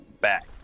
back